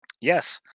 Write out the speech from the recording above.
yes